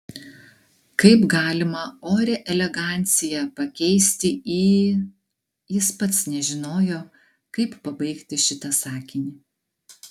kaip galima orią eleganciją pakeisti į jis pats nežinojo kaip pabaigti šitą sakinį